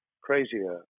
crazier